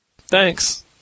Thanks